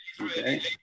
okay